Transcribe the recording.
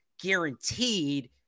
guaranteed